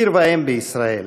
עיר ואם בישראל,